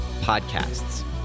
podcasts